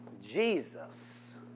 Jesus